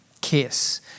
kiss